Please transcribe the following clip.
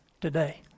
today